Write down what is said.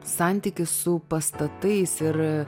santykis su pastatais ir